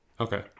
Okay